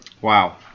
Wow